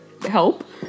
help